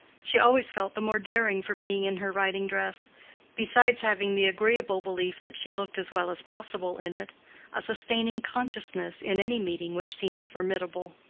she always felt the more daring for being in her riding-dress besides having the agreeable belief that she looked as well as possible in it a sustaining consciousness in any meeting which seems formidable.